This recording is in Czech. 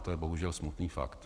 To je bohužel smutný fakt.